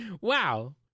Wow